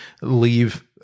leave